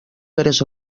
gres